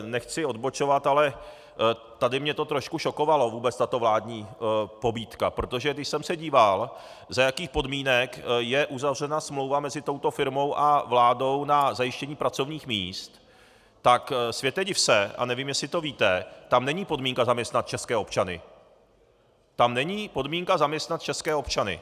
Nechci odbočovat, ale tady mě to trošku šokovalo, vůbec tato vládní pobídka, protože když jsem se díval, za jakých podmínek je uzavřena smlouva mezi touto firmou a vládou na zajištění pracovních míst, tak světe div se, a nevím, jestli to víte, tam není podmínka zaměstnat české občany tam není podmínka zaměstnat české občany!